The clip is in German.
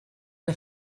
der